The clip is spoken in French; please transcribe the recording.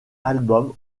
album